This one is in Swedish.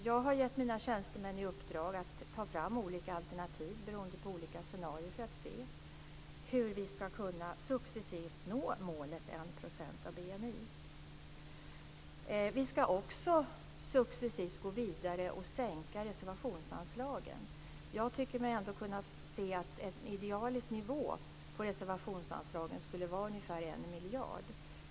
Jag har gett mina tjänstemän i uppdrag att ta fram olika alternativ beroende på olika scenarier för att se hur vi successivt ska kunna nå målet 1 % av Vi ska också successivt gå vidare och sänka reservationsanslagen. Jag tycker mig kunna se att en idealisk nivå på reservationsanslagen skulle vara ungefär 1 miljard.